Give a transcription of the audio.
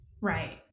Right